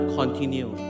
continue